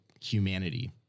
humanity